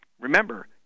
Remember